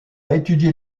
étudié